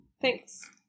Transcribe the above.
Thanks